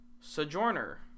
Sojourner